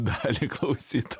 dalį klausyt